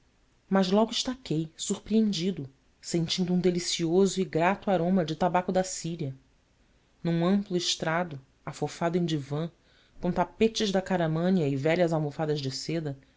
mas logo estaquei surpreendido sentindo um delicioso e grato aroma de tabaco da síria num amplo estrado afofado em divã com tapetes da caramânia e velhas almofadas de seda